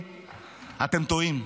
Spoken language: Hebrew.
אתם טועים.